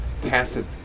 tacit